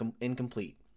incomplete